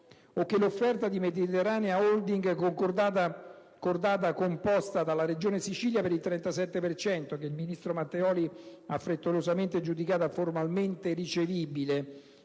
O che l'offerta di Mediterranea Holding, cordata composta dalla Regione Sicilia per il 37 per cento, che il ministro Matteoli ha frettolosamente giudicato "formalmente ricevibile",